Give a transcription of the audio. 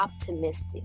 optimistic